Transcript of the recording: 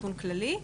נתון כללי,